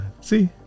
See